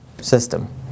system